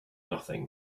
nothing